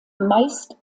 meist